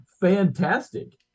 fantastic